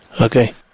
Okay